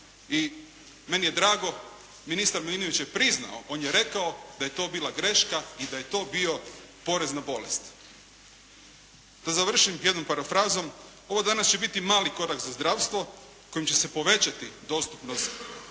I meni je drago, ministar Milinović je priznao, on je rekao da je to bila greška i da je to bio porez na bolest. Da završim jednom parafrazom. Ovo danas će biti mali korak za zdravstvo kojem će se povećati dostupnost zdravstvenih